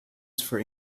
for